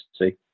see